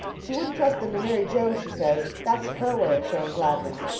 she wouldn't trust them to mary joe, she says. that's her way of showing gladness.